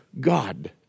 God